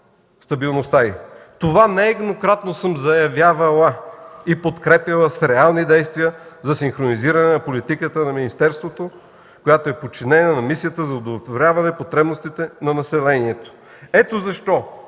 стабилността й. Това нееднократно съм заявявала и подкрепяла с реални действия за синхронизиране на политиката на министерството, която е подчинена на мисията за удовлетворяване потребностите на населението. Ето защо,